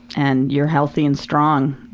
and, you're healthy and strong,